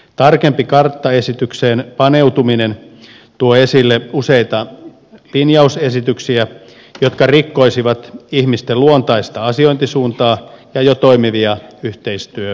tarkempi karttaesitykseen paneutuminen tuo esille useita linjausesityksiä jotka rikkoisivat ihmisten luontaista asiointisuuntaa ja jo toimivia yhteistyöasetelmia